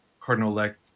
Cardinal-elect